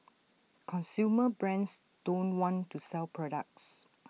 consumer brands don't want to sell products